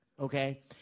Okay